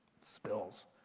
spills